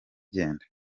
genda